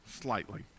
slightly